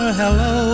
hello